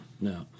no